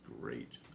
great